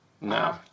No